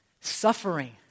Suffering